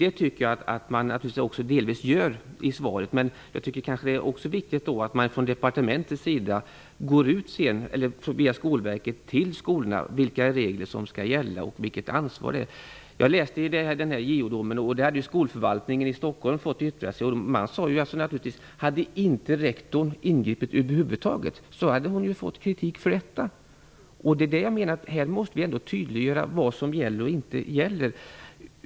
Jag tycker att det delvis görs i svaret, men det är också viktigt att departementet via Skolverket går ut till skolorna och framhåller vilka regler som gäller och vilket ansvar som man har. Skolförvaltningen i Stockholm har fått yttra sig över JO-domen, och man framhöll då att rektorn, om hon över huvud taget inte hade ingripit, skulle ha fått kritik för detta. Jag menar att vi måste tydliggöra vad som gäller och inte gäller.